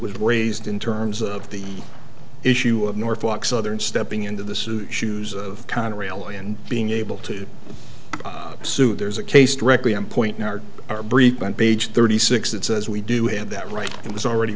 was raised in terms of the issue of norfolk southern stepping into the suit shoes of conrail and being able to sue there's a case directly on point now or brief on page thirty six that says we do have that right it was already